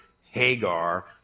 Hagar